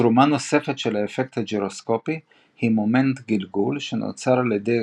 תרומה נוספת של האפקט הגירוסקופי היא מומנט גלגול שנוצר על ידי